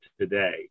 today